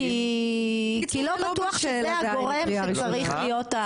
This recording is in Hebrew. כי לא בטוח שזה הגורם שצריך להיות.